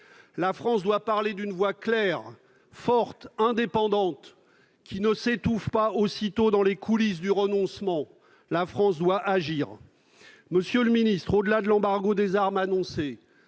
La France doit parler d'une voix claire, forte, indépendante, qui ne s'étouffe pas aussitôt dans les coulisses du renoncement. La France doit agir. Premièrement, au-delà de l'embargo annoncé